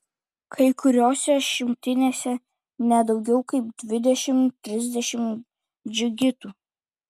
kai kuriose šimtinėse ne daugiau kaip dvidešimt trisdešimt džigitų